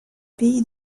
pays